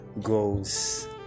goes